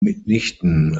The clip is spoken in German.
mitnichten